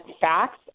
facts